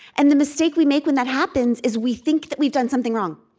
and the mistake we make when that happens is we think that we've done something wrong.